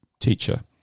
teacher